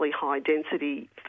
high-density